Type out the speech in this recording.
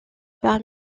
par